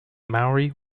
maori